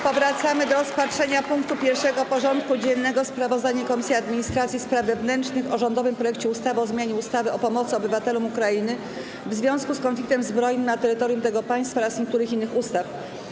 Powracamy do rozpatrzenia punktu 1. porządku dziennego: Sprawozdanie Komisji Administracji i Spraw Wewnętrznych o rządowym projekcie ustawy o zmianie ustawy o pomocy obywatelom Ukrainy w związku z konfliktem zbrojnym na terytorium tego państwa oraz niektórych innych ustaw.